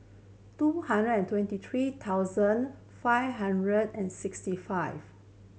two hundred and twenty three thousand five hundred and sixty five